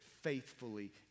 faithfully